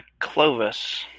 Clovis